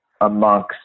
amongst